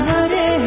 Hare